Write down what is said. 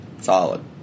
solid